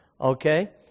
Okay